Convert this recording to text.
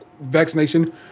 vaccination